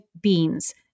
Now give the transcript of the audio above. beans